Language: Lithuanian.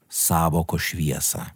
sąvokos šviesą